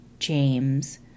James